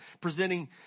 presenting